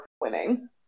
winning